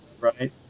right